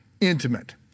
intimate